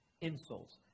insults